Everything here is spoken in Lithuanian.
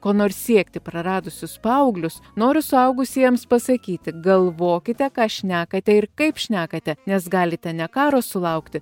ko nors siekti praradusius paauglius noriu suaugusiem pasakyti galvokite ką šnekate ir kaip šnekate nes galite ne karo sulaukti